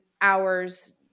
hours